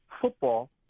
football